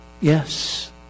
Yes